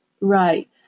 Right